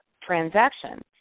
transaction